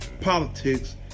politics